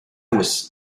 was